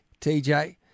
TJ